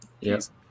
Yes